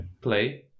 play